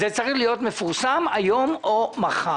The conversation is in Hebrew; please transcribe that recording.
זה צריך להיות מפורסם היום או מחר.